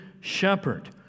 shepherd